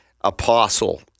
apostle